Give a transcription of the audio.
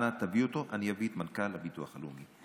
אנא תביא אותו, ואני אביא את מנכ"ל הביטוח הלאומי.